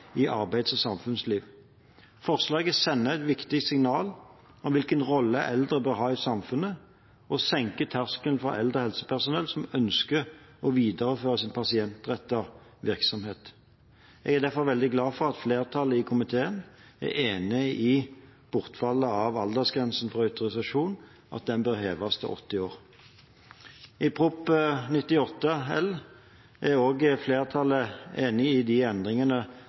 i arbeids- og samfunnsliv. Forslaget sender et viktig signal om hvilken rolle eldre bør ha i samfunnet, og senker terskelen for eldre helsepersonell som ønsker å videreføre sin pasientrettede virksomhet. Jeg er derfor veldig glad for at flertallet i komiteen er enig i at bortfallet av aldersgrensen for autorisasjon bør heves til 80 år. I Prop. 99 L er flertallet også enig i de endringene